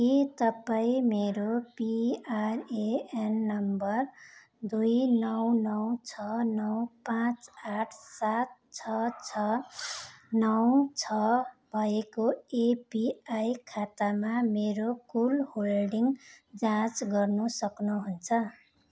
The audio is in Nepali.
के तपाईँँ मेरो पिआरएएन नम्बर दुई नौ नौ छ नौ पाँच आठ सात छ छ नौ छ भएको एपिआई खातामा मेरो कुल होल्डिङ जाँच गर्नु सक्नुहुन्छ